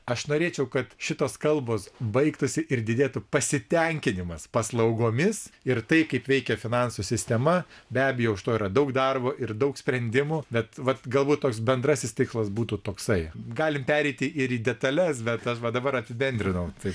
aš norėčiau kad šitos kalbos baigtųsi ir didėtų pasitenkinimas paslaugomis ir tai kaip veikia finansų sistema be abejo už to yra daug darbo ir daug sprendimų bet vat galbūt toks bendrasis tikslas būtų toksai galim pereiti ir į detales bet aš va dabar apibendrinau tai